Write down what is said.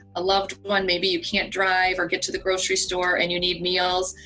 a loved one, maybe you can't drive or get to the grocery store and you need meals,